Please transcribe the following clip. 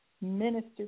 minister